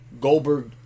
Goldberg